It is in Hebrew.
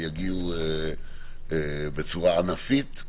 יגיעו בצורה ענפית,